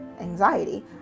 anxiety